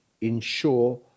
ensure